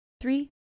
three